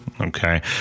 okay